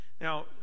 Now